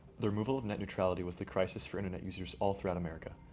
the removal of net neutrality was the crisis for internet users all throughout america.